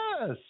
Yes